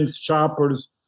shoppers